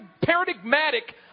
paradigmatic